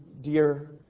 dear